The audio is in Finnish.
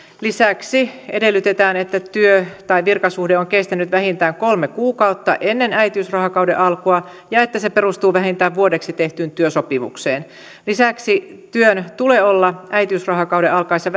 lisäksi edellytetään että työ tai virkasuhde on kestänyt vähintään kolme kuukautta ennen äitiysrahakauden alkua ja että se perustuu vähintään vuodeksi tehtyyn työsopimukseen lisäksi työajan tulee olla äitiysrahakauden alkaessa